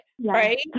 right